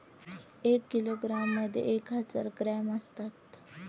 एक किलोग्रॅममध्ये एक हजार ग्रॅम असतात